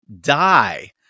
die